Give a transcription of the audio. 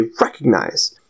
recognize—